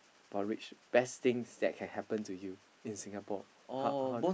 or which best things that can happen to you in Singapore how how